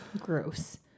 Gross